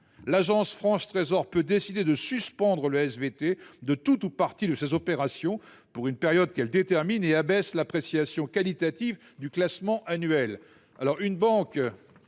présente charte, l'AFT peut décider de suspendre le SVT de tout ou partie de ses opérations pour une période qu'elle détermine et abaisse l'appréciation qualitative du classement annuel.